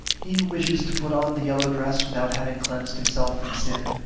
he who wishes to put on the yellow dress without having cleansed himself from sin,